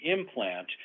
implant